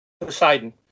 Poseidon